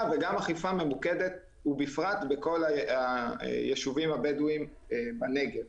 וגם אכיפה ממוקדת ובפרט בכל הישובים הבדואים בנגב.